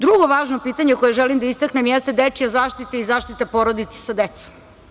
Drugo važno pitanje koje želim da istaknem jeste dečija zaštita i zaštita porodice sa decom.